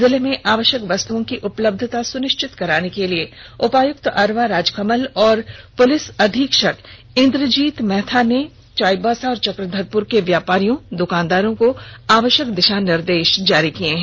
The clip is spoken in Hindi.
जिले में आवश्यक वस्तुओं की उपलब्यता सुनिश्चित कराने के लिए उपायुक्त अरवा राजकमल और पुलिस अधीक्षक इंद्रजीत महथा ने चाईबासा और चक्रधरपुर के व्यापारियों दुकानदारों को आवश्यक निर्देश जारी किए हैं